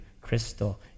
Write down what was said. crystal